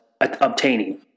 obtaining